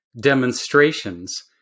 demonstrations